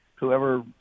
whoever